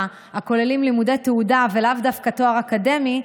הכוללים לימודי תעודה, ולאו דווקא תואר אקדמי,